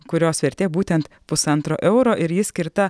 kurios vertė būtent pusantro euro ir ji skirta